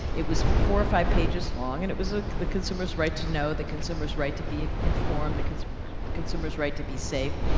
it was four or five pages long, and it was ah the consumer's right to know, the consumer's right to be informed, the consumers consumers right to be safe.